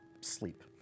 sleep